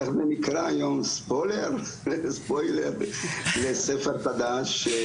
איך זה נקרא היום ספויילר לספר חדש.